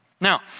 Now